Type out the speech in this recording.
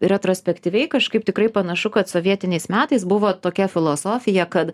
retrospektyviai kažkaip tikrai panašu kad sovietiniais metais buvo tokia filosofija kad